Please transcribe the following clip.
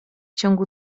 ciągu